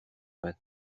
vingt